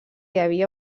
havia